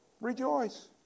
Rejoice